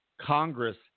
Congress